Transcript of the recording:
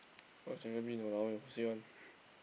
what !walao eh! who say one